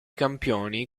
campioni